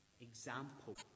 example